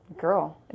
Girl